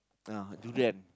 uh durian